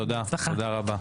תודה רבה.